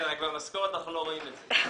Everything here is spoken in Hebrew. כן, רק במשכורת אנחנו לא רואים את זה.